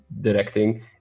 directing